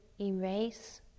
erase